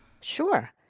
Sure